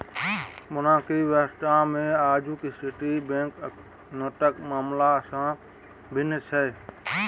monarchy व्यवस्थामे आजुक स्थिति बैंकनोटक मामला सँ भिन्न छल